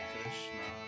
Krishna